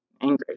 angry